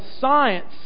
science